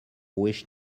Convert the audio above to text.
wish